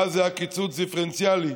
ואז היה קיצוץ דיפרנציאלי.